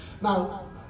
now